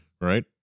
Right